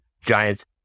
Giants